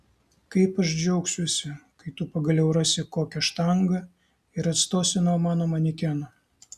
kaip aš džiaugsiuosi kai tu pagaliau rasi kokią štangą ir atstosi nuo mano manekeno